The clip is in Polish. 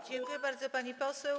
Dziękuję bardzo, pani poseł.